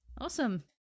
Awesome